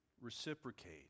reciprocate